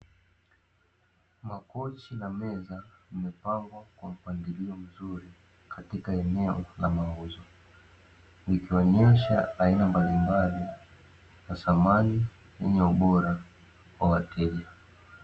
Makochi na meza, zimepangwa kwa mpangilio mzuri katika eneo la mauzo, likionyesha aina mbalimbali za samani, zenye ubora kwa wateja.